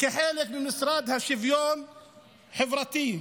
כחלק מהמשרד לשוויון החברתי.